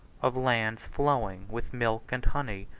of lands flowing with milk and honey,